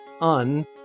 un